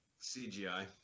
CGI